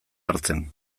hartzen